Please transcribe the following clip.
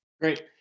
great